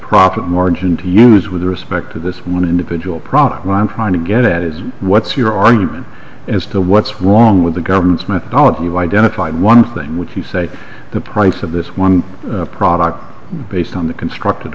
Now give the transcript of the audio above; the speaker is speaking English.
profit margin to use with respect to this one individual product i'm trying to get at is what's your argument as to what's wrong with the government's methodology you identified one thing which you say the price of this one product based on the constructed